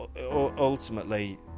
ultimately